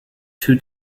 two